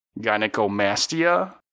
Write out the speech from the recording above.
gynecomastia